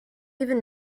even